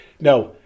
Now